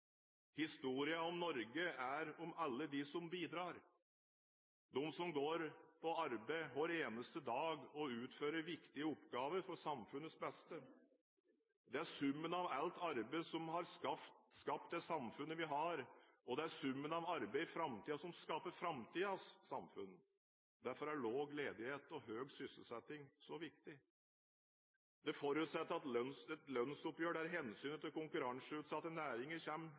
om Norge er historien om alle de som bidrar – de som går på arbeid hver eneste dag og utfører viktige oppgaver for samfunnets beste. Det er summen av alt arbeid som har skapt det samfunnet vi har, og det er summen av arbeid i framtiden som skaper framtidens samfunn. Derfor er lav ledighet og høy sysselsetting så viktig. Det forutsetter et lønnsoppgjør der hensynet til konkurranseutsatte næringer